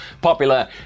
popular